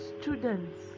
students